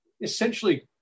essentially